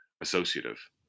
associative